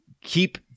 keep